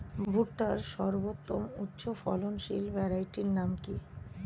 ভুট্টার সর্বোত্তম উচ্চফলনশীল ভ্যারাইটির নাম কি?